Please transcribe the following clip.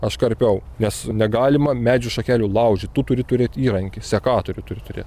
aš karpiau nes negalima medžių šakelių laužyt turi turėt įrankį sekatorių turi turėt